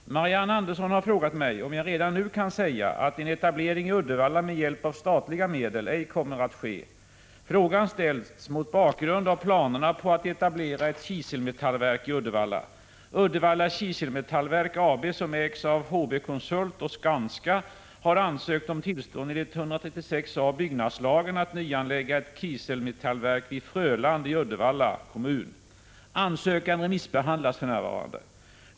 Herr talman! Marianne Andersson har frågat mig om jag redan nu kan säga att en etablering av ett kiselmetallverk i Uddevalla med hjälp av statliga medel ej kommer att ske. Frågan ställs mot bakgrund av planerna på att etablera ett kiselmetallverk i Uddevalla. Uddevalla Kiselmetallverk AB, som ägs av HB Consult och Skanska, har ansökt om tillstånd enligt 136 a § byggnadslagen att nyanlägga ett kiselmetallverk vid Fröland i Uddevalla kommun. Ansökan remissbehandlas för närvarande.